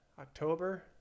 october